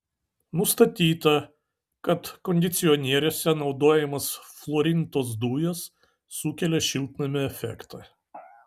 nustatyta kad kondicionieriuose naudojamos fluorintos dujos sukelia šiltnamio efektą